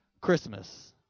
Christmas